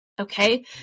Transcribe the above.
okay